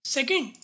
Second